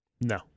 No